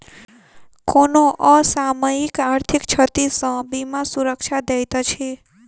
कोनो असामयिक आर्थिक क्षति सॅ बीमा सुरक्षा दैत अछि